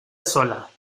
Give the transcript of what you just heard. sola